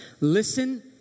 Listen